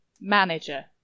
Manager